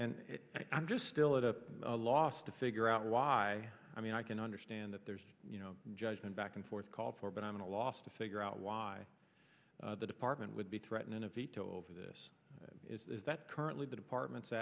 and i'm just still it up a loss to figure out why i mean i can understand that there's you know judgment back and forth called for but i'm in a loss to figure out why the department would be threatening a veto over this is that currently the department